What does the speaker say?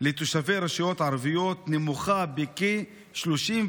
לתושבי רשויות ערביות נמוכה בכ-38%